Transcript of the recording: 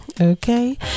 okay